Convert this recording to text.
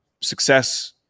success